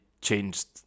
changed